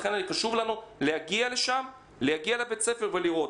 לכן חשוב לנו להגיע לבית הספר ולראות.